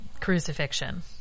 crucifixion